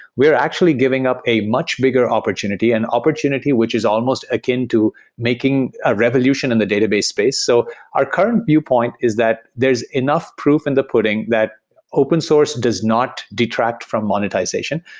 we are actually giving up a much bigger opportunity and an opportunity which is almost akin to making a revolution in the database space. so our current viewpoint is that there is enough proof in the pudding that open-source does not detract from monetization.